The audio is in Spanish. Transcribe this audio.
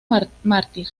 mártir